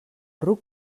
ruc